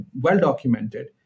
well-documented